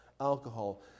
alcohol